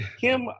Kim